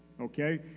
Okay